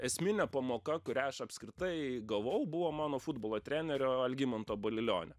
esminė pamoka kurią aš apskritai gavau buvo mano futbolo trenerio algimanto balilionio